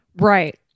Right